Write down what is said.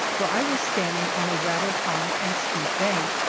for i was standing on a rather high and steep bank.